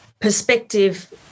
perspective